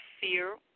fear